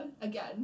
again